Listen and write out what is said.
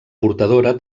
portadora